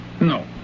No